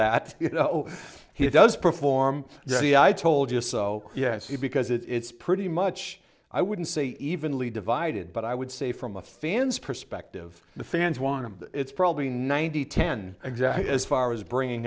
that you know he does perform the i told you so yes because it's pretty much i wouldn't say evenly divided but i would say from a fan's perspective the fans want to it's probably ninety ten exactly as far as bringing